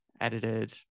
edited